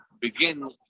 begin